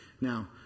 Now